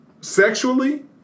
Sexually